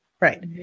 Right